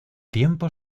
tiempo